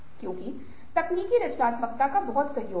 क्योंकि तकनीकी रचनात्मकता का बहुत सहयोगी है